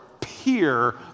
peer